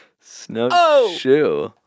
Snowshoe